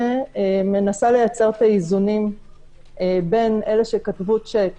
מנסה לייצר את האיזונים בין אלה שכתבו שיק